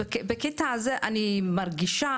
בקטע הזה אני מרגישה,